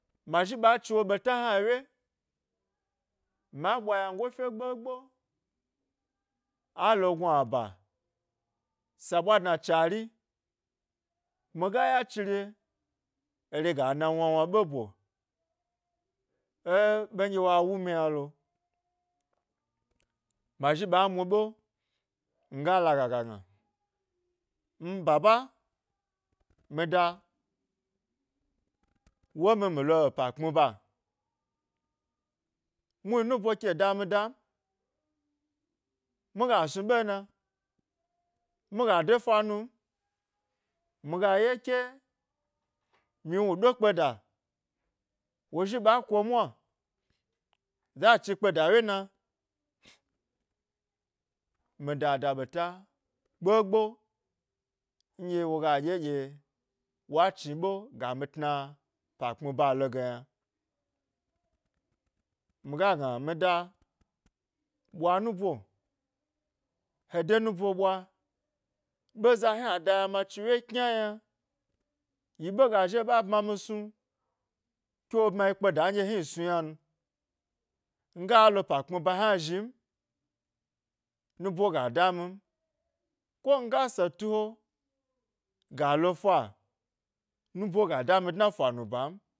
Ma zhi ɓa chi wo ɓeta hna wye ma ɓwa yango fye gbogbo alo gnuaba, sa bwa dna chari miga ya chire ere ga na wna wna ɓe bo ė ben ɗye wa wumi yna lo ma zhi ɓa mu ɓe nga laga ga gna mi baba mida womi mi lo epa kpmi ba muhni nubo ke dami dan miga snu ɓe na, miga de fanu m, miga ye ke miwnu ɗo kpeda wozhi ɓa komwa, za a chi kpeda ye na mida, da ɓeta gbo gbo nɗye woga ɗye ɗye wa chni ɓe ga mi tna pa kpmi ba lo ge yna mi ga gna mi da ɓwa nub he da nubo ɓwa ɓe za hni da yna ma chi wye kyma yna yi ɓe ga zhi wo ɓa bma mi snu ke wo bmayi kpede hni snu ynan miga lo'pa kpmi ba hna zhi ni nubo ga damin ko nga setu he ga lo fa nubo ga dami dna fanu ban